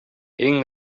hitting